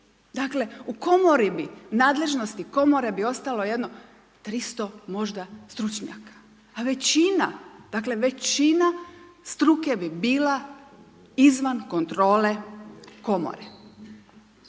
Dakle, u komori bi nadležnosti komore bi ostalo jedno 300 možda stručnjaka. A većina, dakle većina struke bi bila izvan kontrole komore.